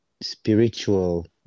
spiritual